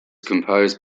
composed